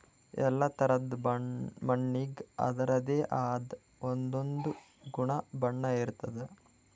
ಎಲ್ಲಾ ಥರಾದ್ ಮಣ್ಣಿಗ್ ಅದರದೇ ಆದ್ ಒಂದೊಂದ್ ಗುಣ ಬಣ್ಣ ಇರ್ತದ್